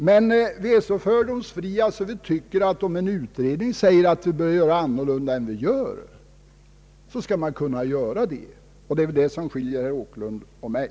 Men vi är så fördomsfria att vi tycker att om en utredning säger att vi bör handla annorlunda än vi gör, skall man kunna göra det. Det är väl detta som skiljer herr Åkerlund och mig.